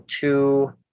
two